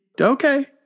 okay